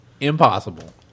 Impossible